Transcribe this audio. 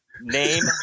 name